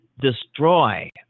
destroy